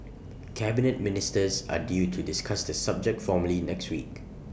Cabinet Ministers are due to discuss the subject formally next week